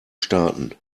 starten